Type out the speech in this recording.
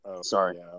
Sorry